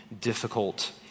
difficult